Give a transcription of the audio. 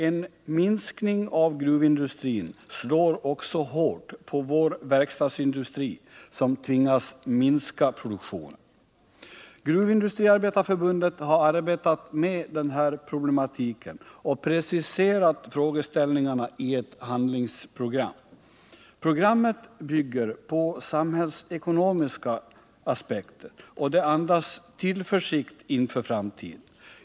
En minskning av gruvindustrin slår också hårt på vår verkstadsindustri, som tvingas minska produktionen. Gruvindustriarbetareförbundet har arbetat med den här problematiken och preciserat frågeställningarna i ett handlingsprogram. Programmet bygger på samhällsekonomiska aspekter, och det andas tillförsikt inför framtiden.